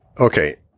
okay